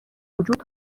وجود